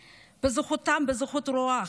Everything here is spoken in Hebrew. בזכותם, בזכות רוח